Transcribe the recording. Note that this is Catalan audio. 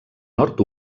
nord